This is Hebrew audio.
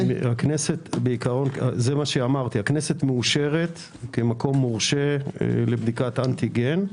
הכנסת מאושרת כמקום מורשה לבדיקת אנטיגן.